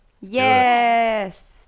Yes